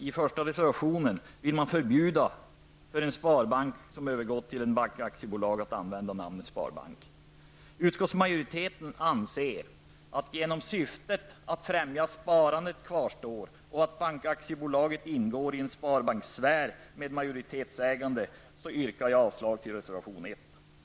I den första reservationen vill man förbjuda en sparbank som övergått till bankaktiebolag att använda namnet sparbank. Utskottsmajoriteten anser att syftet att främja sparandet kvarstår och att bankaktibolaget ingår i en sparbankssfär med majoritetsägande. Jag yrkar därför avslag på reservation 1.